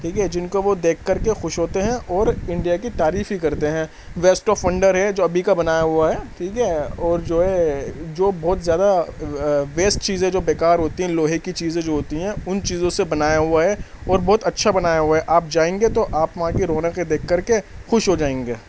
ٹھیک ہے جن کو وہ دیکھ کر کے خوش ہوتے ہیں اور انڈیا کی تعریف ہی کرتے ہیں ویسٹ آف فنڈر ہے جو ابھی کا بنایا ہوا ہے ٹھیک ہے اور جو ہے جو بہت زیادہ ویسٹ چیز ہے جو بیکار ہوتی ہیں لوہے کی چیزیں جو ہوتی ہیں ان چیزوں سے بنایا ہوا ہے اور بہت اچھا بنایا ہوا ہے آپ جائیں گے تو آپ وہاں کی رونقیں دیکھ کر کے خوش ہو جائیں گے